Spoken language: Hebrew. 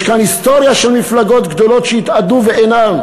יש כאן היסטוריה של מפלגות גדולות שהתאדו ואינן,